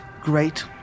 great